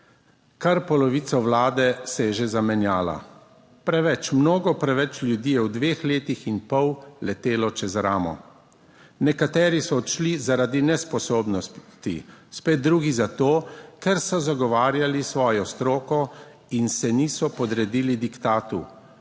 Kar polovica Vlade se je že zamenjala. Preveč, mnogo preveč ljudi je v dveh letih in pol letelo čez ramo. Nekateri so odšli zaradi nesposobnosti, spet drugi zato, ker so zagovarjali svojo stroko in se niso podredili diktatu.